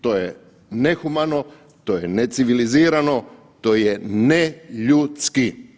To je nehumano, to je neciviliziranom, to je neljudski.